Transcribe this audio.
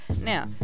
Now